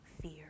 fear